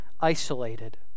isolated